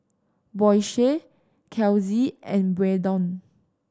Boysie Kelsie and Braedon